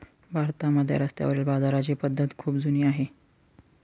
भारतामध्ये रस्त्यावरील बाजाराची पद्धत खूप जुनी आहे